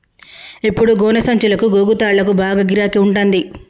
ఇప్పుడు గోనె సంచులకు, గోగు తాళ్లకు బాగా గిరాకి ఉంటంది